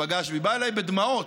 פגש ובא אליי בדמעות.